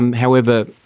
um however,